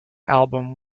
album